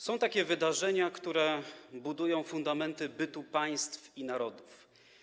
Są takie wydarzenia, które budują fundamenty bytu państw i narodów.